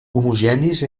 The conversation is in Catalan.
homogenis